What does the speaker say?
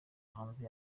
hanze